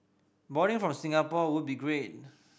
boarding from Singapore would be great